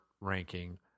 ranking